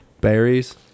Berries